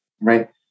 right